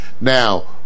Now